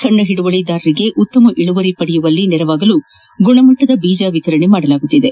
ಸಣ್ಣ ಹಿಡುವಳಿದಾರರಿಗೆ ಉತ್ತಮ ಇಳುವರಿ ಪಡೆಯುವಲ್ಲಿ ನೆರವಾಗಲು ಗುಣಮಟ್ಟದ ಬೀಜ ವಿತರಣೆ ಮಾಡಲಾಗುತ್ತಿದೆ